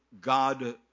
God